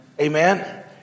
Amen